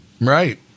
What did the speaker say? Right